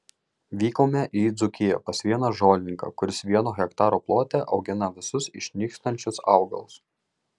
vykome į dzūkiją pas vieną žolininką kuris vieno hektaro plote augina visus išnykstančius augalus